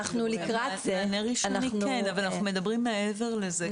מענה ראשוני כן אבל אנחנו מדברים מעבר לזה.